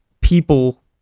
people